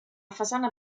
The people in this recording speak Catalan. façana